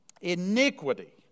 iniquity